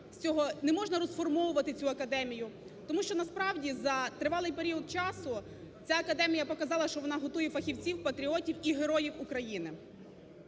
не можна розформовувати цю академію. Тому що, насправді, за тривалий період часу ця академія показала, що вона готує фахівців, патріотів і героїв України.